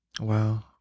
wow